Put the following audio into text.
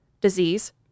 disease